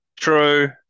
True